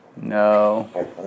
No